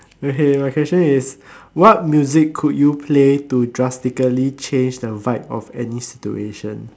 okay the question is what music could you play to drastically change the vibe of any situation